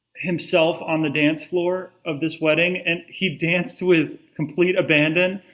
himself on the dance floor of this wedding, and he danced with complete abandon,